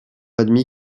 admis